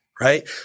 Right